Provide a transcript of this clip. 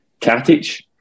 Katic